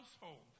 household